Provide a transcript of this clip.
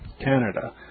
Canada